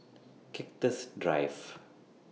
Cactus Drive